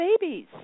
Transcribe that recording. babies